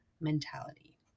mentality